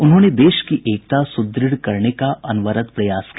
उन्होंने देश की एकता सुदृढ़ करने का अनवरत प्रयास किया